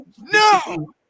no